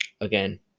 again